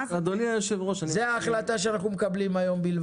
רק זו ההחלטה שאנחנו מקבלים היום.